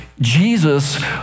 Jesus